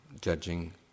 judging